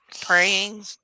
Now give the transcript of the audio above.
praying